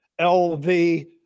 LV